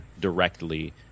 directly